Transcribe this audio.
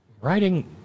Writing